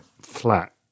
flat